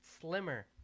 slimmer